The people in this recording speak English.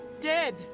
Dead